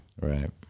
Right